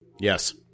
Yes